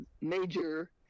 major